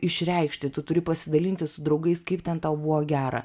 išreikšti tu turi pasidalinti su draugais kaip ten tau buvo gera